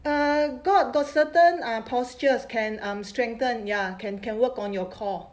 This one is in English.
err got got certain ah postures can um strengthen ya can can work on your core